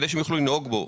כדי שהם יוכלו לנהוג בו,